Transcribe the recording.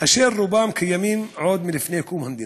אשר רובם קיימים עוד מלפני קום המדינה.